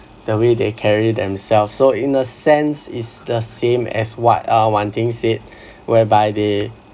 the way they carry themselves so in a sense it's the same as what uh wan ting said whereby they